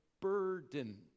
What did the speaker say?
burden